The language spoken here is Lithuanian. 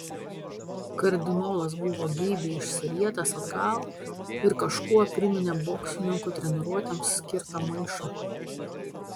kardinolas buvo geibiai išsirietęs atgal ir kažkuo priminė boksininkų treniruotėms skirtą maišą